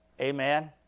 Amen